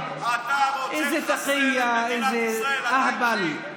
אתה רוצה לחסל את מדינת ישראל,